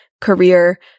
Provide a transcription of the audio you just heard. career